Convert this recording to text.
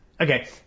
Okay